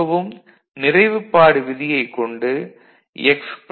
திரும்பவும் நிறைவுப்பாடு விதியைக் கொண்டு x"